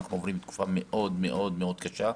אנחנו עוברים תקופה מאוד מאוד מאוד קשה.